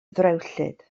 ddrewllyd